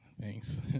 Thanks